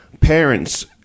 parents